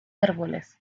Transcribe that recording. árboles